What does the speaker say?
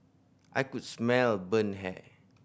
I could smell burnt hair